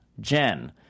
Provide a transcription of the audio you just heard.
Jen